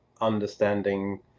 understanding